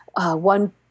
One